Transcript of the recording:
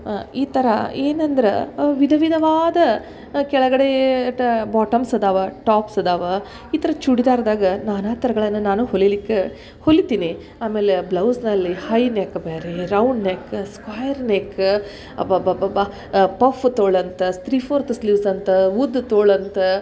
ಹಾಂ ಈ ಥರ ಏನಂದ್ರೆ ವಿಧವಿಧವಾದ ಕೆಳಗಡೆ ಟ ಬಾಟಮ್ಸ್ ಅದಾವ ಟಾಪ್ಸ್ ಅದಾವ ಈ ಥರ ಚೂಡಿದಾರ್ದಾಗ ನಾನಾ ಥರಗಳನ್ನು ನಾನು ಹೊಲಿಲಿಕ್ಕೆ ಹೊಲಿತೀನಿ ಆಮೇಲೆ ಬ್ಲೌಸ್ನಲ್ಲಿ ಹೈ ನೆಕ್ ಬೇರೆ ರೌಂಡ್ ನೆಕ್ಕ ಸ್ಕ್ವಾಯ್ರ್ ನೆಕ್ಕ ಅಬ್ಬಬ್ಬಬ್ಬಬ್ಬಾ ಪಫ್ ತೋಳು ಅಂತ ಸ್ತ್ರಿ ಫೋರ್ತ್ ಸ್ಲೀವ್ಸ್ ಅಂತ ಉದ್ದ ತೋಳಂತ